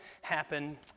happen